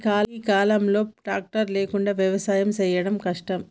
ఈ కాలం లో ట్రాక్టర్ లేకుండా వ్యవసాయం చేయడం కష్టం